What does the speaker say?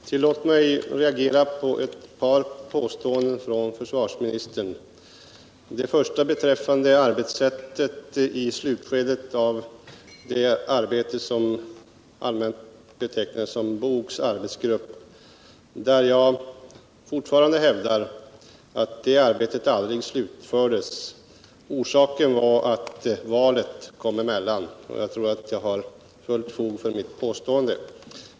Herr talman! Tillåt mig reagera på ett par påståenden av försvarsministern. Det första gäller slutskedet av det arbete som skulle utföras av den arbetsgrupp som allmänt betecknas den BOGska arbetsgruppen. Jag hävdar fortfarande att det arbetet aldrig slutfördes. Orsaken härtill var att valet kom emellan —jag tror att jag har fullt fog för det påståendet.